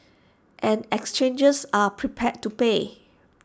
and exchanges are prepared to pay